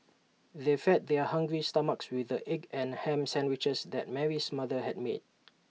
they fed their hungry stomachs with the egg and Ham Sandwiches that Mary's mother had made